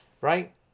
right